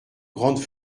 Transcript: grande